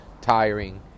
tiring